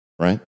right